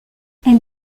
elle